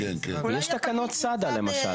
תקנות סד"א, למשל.